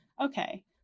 okay